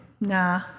nah